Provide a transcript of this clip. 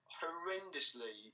horrendously